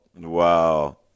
Wow